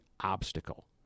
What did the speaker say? obstacle